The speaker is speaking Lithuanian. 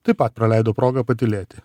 taip pat praleido progą patylėti